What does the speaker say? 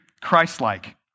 Christ-like